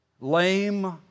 Lame